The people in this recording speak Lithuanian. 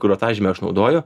grotažymę aš naudoju